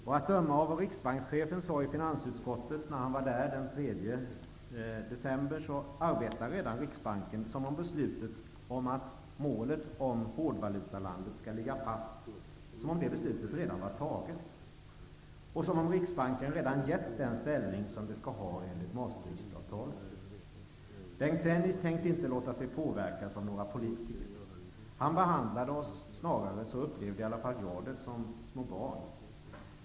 Och att döma av vad riksbankschefen sade i finansutskottet, när han var där den 3 december, arbetar riksbanken redan som om beslutet var taget om att målet om hårdvalutalandet skall ligga fast och som om riksbanken redan getts den ställning som den skall ha enligt Maastrichtavtalet. Bengt Dennis tänker inte låta sig påverkas av några politiker. Han behandlade oss snarare - så upplevde i alla fall jag det - som små barn.